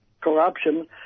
corruption